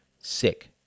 sick